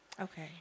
Okay